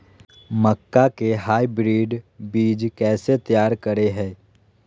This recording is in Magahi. मक्का के हाइब्रिड बीज कैसे तैयार करय हैय?